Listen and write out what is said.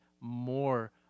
more